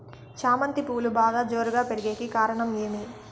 చామంతి పువ్వులు బాగా జోరుగా పెరిగేకి కారణం ఏమి?